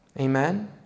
Amen